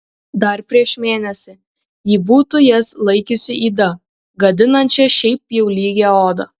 dar prieš mėnesį ji būtų jas laikiusi yda gadinančia šiaip jau lygią odą